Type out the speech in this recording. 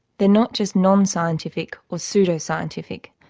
they are not just non-scientific or pseudoscientific,